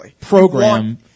program